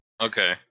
okay